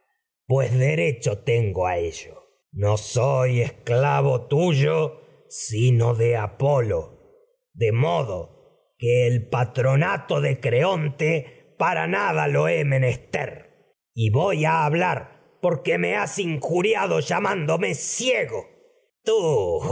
pues derecho tengo a ello no soy esclavo tuyo sino de apolo de de modo que el patro nato creonte para me nada lo he menester y voy a ha blar porque muy has injuriado llamándome ciego tú